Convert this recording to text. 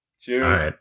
Cheers